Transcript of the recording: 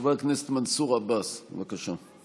חבר הכנסת מנסור עבאס, בבקשה.